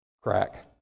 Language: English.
crack